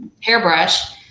hairbrush